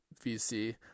VC